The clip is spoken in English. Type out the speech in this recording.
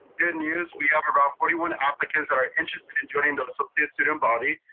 good news, we have about forty one applicants that are interested in joining the so the student body.